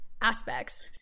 aspects